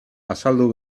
azaldu